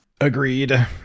Agreed